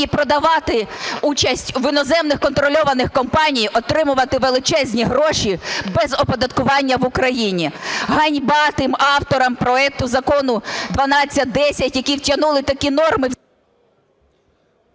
продавати участь в іноземних контрольованих компаній отримувати величезні гроші без оподаткування в Україні. Ганьба тим авторам проекту закону 1210, які втягнули такі норми…